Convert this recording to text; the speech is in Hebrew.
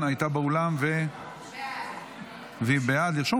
(תיקון), התשפ"ד 2024, אושרה